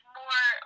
more